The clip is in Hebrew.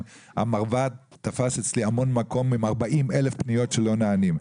המרב"ד תפס אצלי המון מקום עם 40,000 פניות שלא נענות.